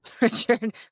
Richard